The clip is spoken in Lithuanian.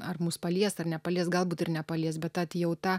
ar mus palies ar nepalies galbūt ir nepalies bet atjauta